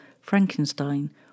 Frankenstein